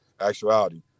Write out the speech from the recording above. actuality